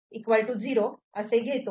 x' 0 असे घेतो